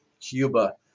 Cuba